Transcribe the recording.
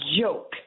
joke